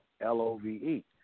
L-O-V-E